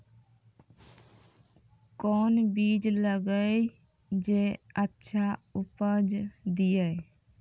कोंन बीज लगैय जे अच्छा उपज दिये?